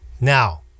Now